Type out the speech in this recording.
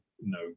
no